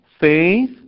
faith